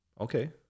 Okay